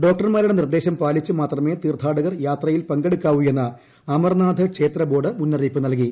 ഡോക്ടർമാരുടെ നിർദ്ദേശം പാലിച്ച് മാത്രമേ തീർത്ഥാടകർ യാത്രയിൽ പങ്കെടുക്കാവുയെന്ന് അമർനാഥ് ക്ഷേത്രബോർഡ് മുന്നറിയിപ്പ് നൽകി